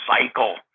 cycle